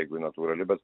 jeigu ji natūrali bet